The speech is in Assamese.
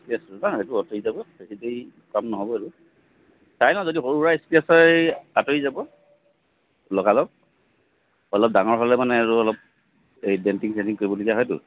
ঠিক আছে ন' সেইটো উঠি যাব বেছি দেৰি কাম নহ'ব এইটো চাই লওঁ যদি সৰু সুৰা স্কেচ হয় আঁতৰি যাব লগালগ অলপ ডাঙৰ হ'লে মানে আৰু অলপ এই বেল্টিং চেল্টিং কৰিব লগা হয়তো